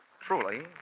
truly